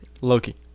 Loki